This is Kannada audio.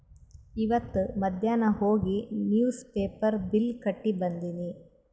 ಇವತ್ ಮಧ್ಯಾನ್ ಹೋಗಿ ನಿವ್ಸ್ ಪೇಪರ್ ಬಿಲ್ ಕಟ್ಟಿ ಬಂದಿನಿ